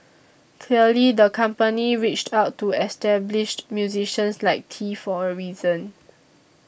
clearly the company reached out to established musicians like Tee for a reason